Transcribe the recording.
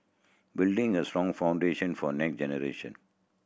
build a strong foundation for next generation